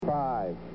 Five